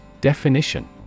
Definition